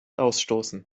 ausstoßen